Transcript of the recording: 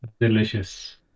delicious